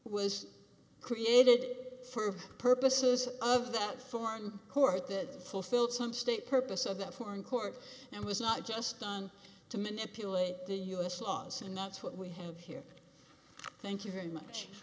was created for purposes of that foreign court that fulfilled some state purpose of that foreign court and was not just done to manipulate the u s laws and that's what we have here thank you very much